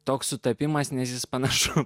toks sutapimas nes jis panašus